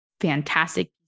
fantastic